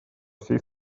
всей